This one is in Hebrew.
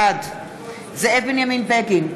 בעד זאב בנימין בגין,